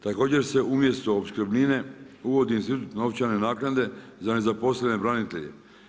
Također se umjesto opskrbnine uvodi institut novčane naknade za nezaposlene branitelje.